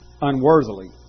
unworthily